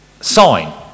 sign